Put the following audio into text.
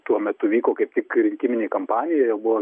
tuo metu vyko kaip tik rinkiminė kampanija jau buvo